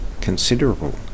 considerable